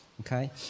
okay